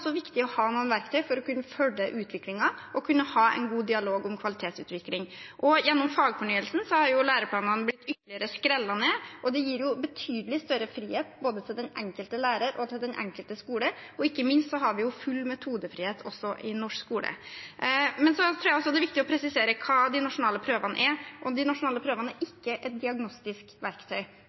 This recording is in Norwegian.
viktig å ha noen verktøy for å kunne følge utviklingen og ha en god dialog om kvalitetsutvikling. Gjennom fagfornyelsen har læreplanene blitt ytterligere skrellet ned, og det gir en betydelig større frihet for den enkelte lærer og den enkelte skole. Ikke minst har vi også full metodefrihet i norsk skole. Jeg tror det er viktig å presisere hva de nasjonale prøvene er. De nasjonale prøvene er ikke et diagnostisk verktøy.